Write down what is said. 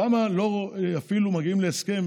למה מגיעים להסכם